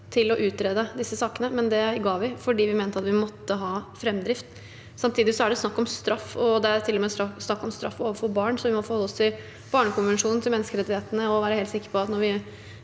til å utrede disse sakene, men det ga vi fordi vi mente vi måtte ha framdrift. Samtidig er det snakk om straff, og det er til og med snakk om straff overfor barn, så vi må forholde oss til barnekonvensjonen og menneskerettighetene og være helt sikre på at når vi